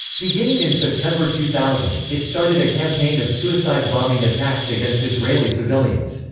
beginning in september two thousand, it started a campaign of suicide bombing attacks against israeli civilians.